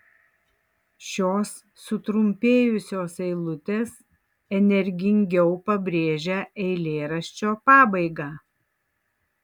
šios sutrumpėjusios eilutės energingiau pabrėžia eilėraščio pabaigą